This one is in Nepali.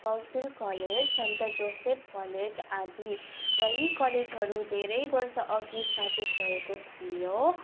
साउथफिल्ड कलेज सन्त जोसेफ कलेज आदि र यी कलेजहरू धेरै वर्षअघि स्थापित भएको थियो